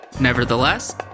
Nevertheless